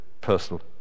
personal